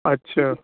اچھا